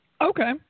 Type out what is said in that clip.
Okay